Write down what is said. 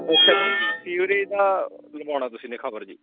ਅੱਛਾ ਅੱਛਾ ਜੀ ਫਿਰ ਇਹਦੀ ਲਵਾਉਣੀ ਤੁਸੀਂ ਨੇ ਖਬਰ ਜੀ